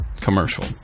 commercial